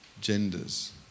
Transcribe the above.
genders